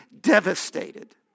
devastated